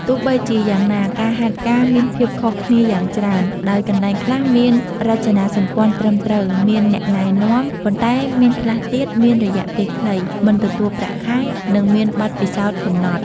ទោះបីជាយ៉ាងណា ការហាត់ការមានភាពខុសគ្នាយ៉ាងច្រើន ដោយកន្លែងខ្លះមានរចនាសម្ព័ន្ធត្រឹមត្រូវ មានអ្នកណែនាំ ប៉ុន្តែមានខ្លះទៀតមានរយៈពេលខ្លី មិនទទួលប្រាក់ខែ និងមានបទពិសោធន៍កំណត់។